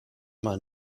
mal